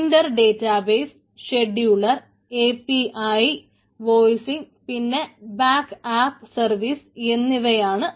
cider database scheduler A P I volumes പിന്നെ backup service എന്നിവയാണ്